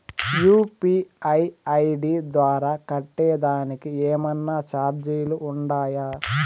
UPI ID ద్వారా కట్టేదానికి ఏమన్నా చార్జీలు ఉండాయా?